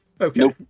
Okay